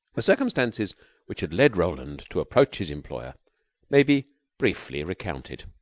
the circumstances which had led roland to approach his employer may be briefly recounted.